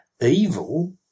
evil